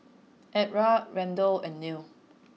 Edra Randle and Nell